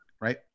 right